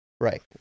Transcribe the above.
Right